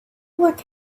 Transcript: look